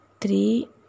three